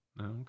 Okay